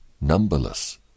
numberless